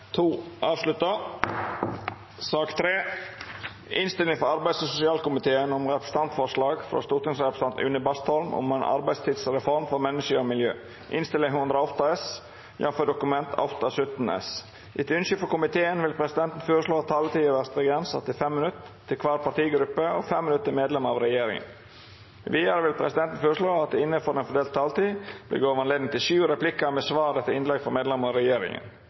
arbeids- og sosialkomiteen vil presidenten føreslå at taletida vert avgrensa til 5 minutt til kvar partigruppe og 5 minutt til medlemer av regjeringa. Vidare vil presidenten føreslå at det – innanfor den fordelte taletida – vert gjeve anledning til sju replikkar med svar etter innlegg frå medlemer av regjeringa,